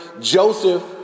Joseph